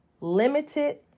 limited